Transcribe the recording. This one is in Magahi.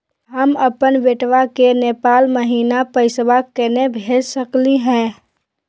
हम अपन बेटवा के नेपाल महिना पैसवा केना भेज सकली हे?